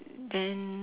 then